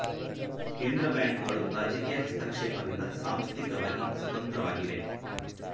ಕೇಂದ್ರ ಬ್ಯಾಂಕುಗಳು ರಾಜಕೀಯ ಹಸ್ತಕ್ಷೇಪದಿಂದ ಸಾಂಸ್ಥಿಕವಾಗಿ ಸ್ವತಂತ್ರವಾಗಿವೆ